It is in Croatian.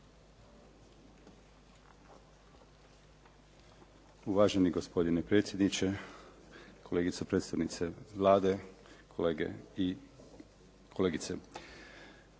Uvaženi gospodine predsjedniče, kolegice, predsjednice Vlade, kolege i kolegice. Nadam se